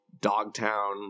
Dogtown